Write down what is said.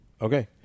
Okay